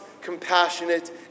compassionate